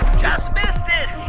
just missed it.